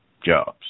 jobs